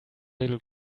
little